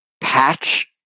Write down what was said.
patch